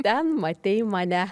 ten matei mane